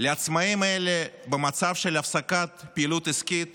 לעצמאים האלה, במצב של הפסקת פעילות עסקית